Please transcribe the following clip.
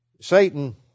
Satan